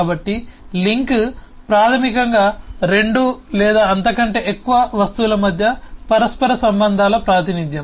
కాబట్టి లింక్ ప్రాథమికంగా రెండు లేదా అంతకంటే ఎక్కువ వస్తువుల మధ్య పరస్పర సంబంధాల ప్రాతినిధ్యం